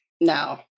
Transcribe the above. No